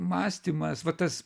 mąstymas va tas